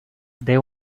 they